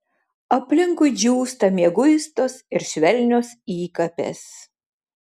aplinkui džiūsta mieguistos ir švelnios įkapės